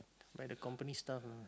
buy the company stuff lah